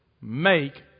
make